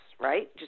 right